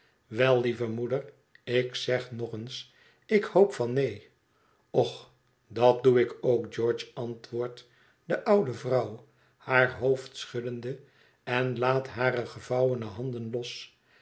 wel lieve moeder ik zeg nog eens ik hoop van neen och dat doe ik ook george antwoordt de oude vrouw haar hoofd schuddende en laat hare gevouwene handen los